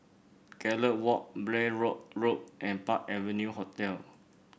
Gallop Walk Blair Road Road and Park Avenue Hotel